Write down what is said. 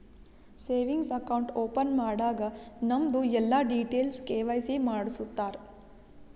savings account open ಮಾಡಾಗ್ ನಮ್ದು ಎಲ್ಲಾ ಡೀಟೇಲ್ಸ್ ಕೆ.ವೈ.ಸಿ ಮಾಡುಸ್ತಾರ್